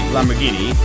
Lamborghini